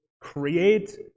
create